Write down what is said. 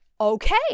okay